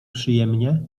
przyjemnie